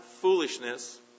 foolishness